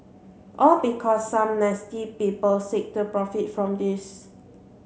all because some nasty people seek to profit from this